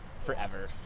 forever